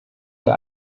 für